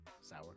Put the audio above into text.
Sour